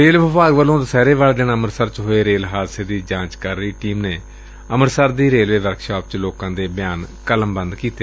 rail ਵਿਭਾਗ ਵੱਲੋਂ ਦੁਸਹਿਰੇ ਵਾਲੇ ਦਿਨ ਅੰਮ਼ਿਤਸਰ ਚ ਹੋਏ ਰੇਲ ਹਾਦਸੇ ਦੀ ਜਾਂਚ ਕਰ ਰਹੀ ਟੀਮ ਨੇ ਅੰਮ੍ਤਿਤਸਰ ਦੀ ਰੇਲਵੇ ਵਰਕਸ਼ਾਪ ਚ ਲੋਕਾਂ ਦੇ ਬਿਆਨ ਕਲਮਬੰਦ ਕੀਤੇ